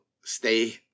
stay